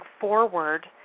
forward